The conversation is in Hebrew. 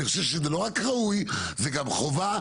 אני חושב שזה לא רק ראוי, זה גם חובה.